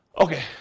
Okay